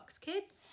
Kids